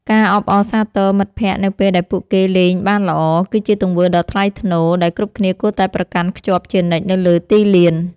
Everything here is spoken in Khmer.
ការអបអរសាទរមិត្តភក្តិនៅពេលដែលពួកគេលេងបានល្អ គឺជាទង្វើដ៏ថ្លៃថ្នូរដែលគ្រប់គ្នាគួរតែប្រកាន់ខ្ជាប់ជានិច្ចនៅលើទីលាន។